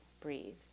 breathe